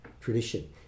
tradition